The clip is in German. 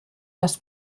das